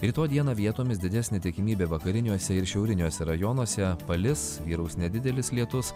rytoj dieną vietomis didesnė tikimybė vakariniuose ir šiauriniuose rajonuose palis vyraus nedidelis lietus